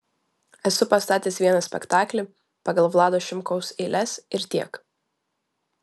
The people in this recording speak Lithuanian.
esu pastatęs vieną spektaklį pagal vlado šimkaus eiles ir tiek